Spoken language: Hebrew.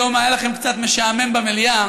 היום היה לכם קצת משעמם במליאה,